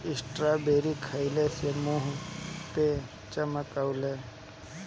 strawberry खाए से मुंह पे चमक आवेला